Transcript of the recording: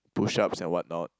push ups and what not